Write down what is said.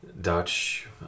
Dutch